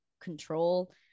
control